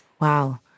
Wow